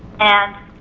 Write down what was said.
and